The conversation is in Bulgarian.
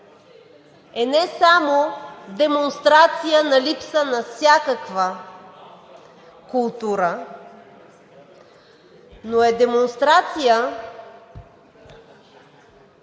е не само демонстрация на липса на всякаква култура, но е демонстрация